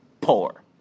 poor